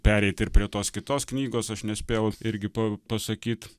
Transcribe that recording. pereit ir prie tos kitos knygos aš nespėjau irgi pa pasakyt